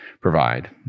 provide